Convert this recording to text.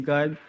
God